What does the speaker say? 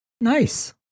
Nice